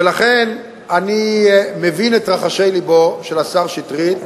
ולכן אני מבין את רחשי לבו של השר שטרית,